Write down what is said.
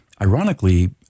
ironically